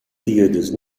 dieders